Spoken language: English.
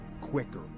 quicker